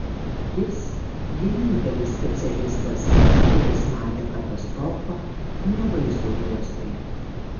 jis vienintelis specialistas kuris matė katastrofą ne vaizdo juostoje